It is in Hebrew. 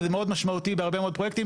וזה מאוד משמעותי בהרבה מאוד פרויקטים,